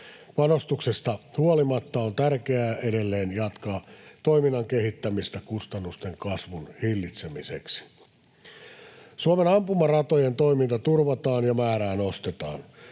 Panostuksesta huolimatta on tärkeää edelleen jatkaa toiminnan kehittämistä kustannusten kasvun hillitsemiseksi. Suomen ampumaratojen toiminta turvataan ja määrää nostetaan.